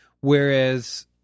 Whereas